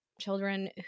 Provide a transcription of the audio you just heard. Children